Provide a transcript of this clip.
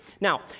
Now